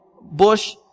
bush